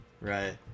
Right